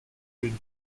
une